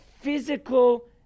physical